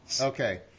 Okay